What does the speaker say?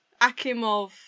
Akimov